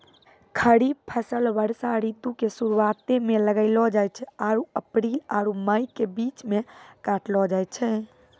खरीफ फसल वर्षा ऋतु के शुरुआते मे लगैलो जाय छै आरु अप्रैल आरु मई के बीच मे काटलो जाय छै